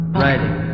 writing